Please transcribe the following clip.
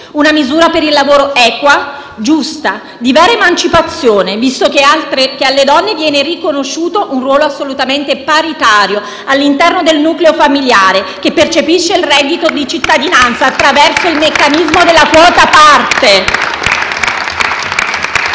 una misura per il lavoro, equa, giusta, di vera emancipazione, visto che alle donne viene riconosciuto un ruolo assolutamente paritario all'interno del nucleo familiare, che percepisce il reddito di cittadinanza attraverso il meccanismo della quota parte.